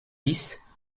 dix